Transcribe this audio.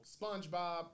SpongeBob